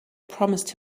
promised